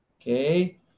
okay